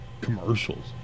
Commercials